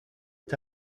est